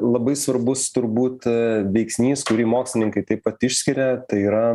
labai svarbus turbūt veiksnys kurį mokslininkai taip pat išskiria tai yra